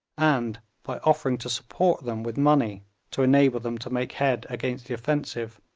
and by offering to support them with money to enable them to make head against the offensive,